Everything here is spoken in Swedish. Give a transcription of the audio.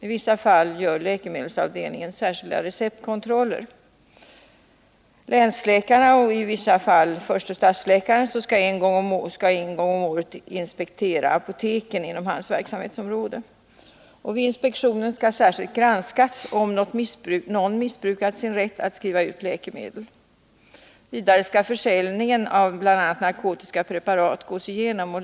I vissa fall gör läkemedelsavdelningen särskilda receptkontroller. Länsläkare och i vissa fall förste stadsläkare skall en gång om året inspektera apoteken inom sina verksamhetsområden. Vid inspektionen skall särskilt granskas om någon missbrukat sin rätt att skriva ut läkemedel. Vidare skall försäljningen av bl.a. narkotiska preparat gås igenom.